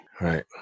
Right